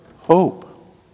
hope